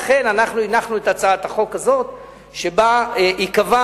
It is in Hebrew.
לכן הנחנו את הצעת החוק הזאת שבה ייקבע